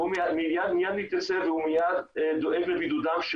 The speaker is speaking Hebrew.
והוא מיד מתייצב והוא מיד דואג לבידודם של